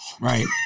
Right